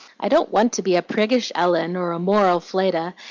i don't want to be a priggish ellen, or a moral fleda,